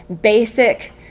basic